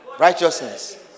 Righteousness